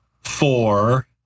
four